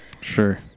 sure